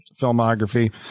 filmography